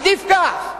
עדיף כך,